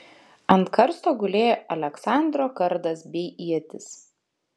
ant karsto gulėjo aleksandro kardas bei ietis